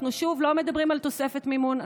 אנחנו לא מדברים על תוספת מימון,